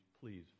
please